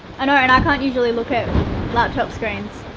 and ah and i can't usually look at laptop screens,